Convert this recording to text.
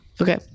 Okay